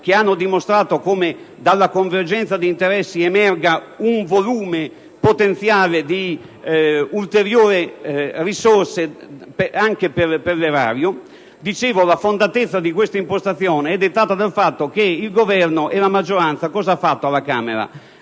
che hanno dimostrato come dalla convergenza di interessi emerga un volume potenziale di ulteriori risorse anche per l'erario. La fondatezza di questa impostazione è dettata dal fatto che il Governo e la maggioranza alla Camera